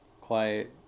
quiet